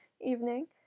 evening